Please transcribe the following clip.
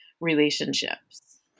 relationships